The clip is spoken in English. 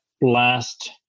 last